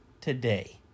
today